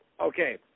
okay